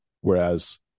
whereas